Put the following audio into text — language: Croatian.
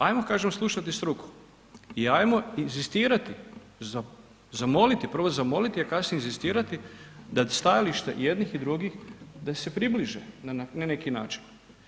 Ajmo kažem oslušati struku i ajmo inzistirati, zamoliti, prvo zamoliti a kasnije inzistirati da stajalište jednih i drugih da se približe na neki način.